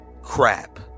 crap